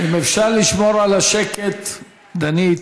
חבר'ה, אם אפשר לשמור על השקט, דנית.